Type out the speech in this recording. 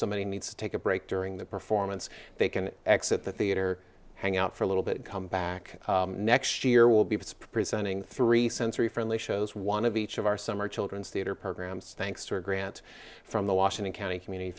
somebody needs to take a break during the performance they can exit the theater hang out for a little bit come back next year will be presenting three sensory friendly shows one of each of our summer children's theatre programs thanks to a grant from the washington county community